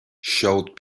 showed